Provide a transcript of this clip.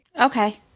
Okay